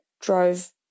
drove